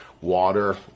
water